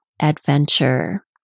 adventure